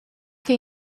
che